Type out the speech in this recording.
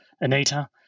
Anita